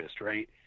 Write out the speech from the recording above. right